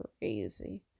crazy